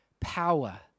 power